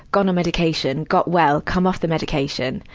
gone on medication, got well, come off the medication,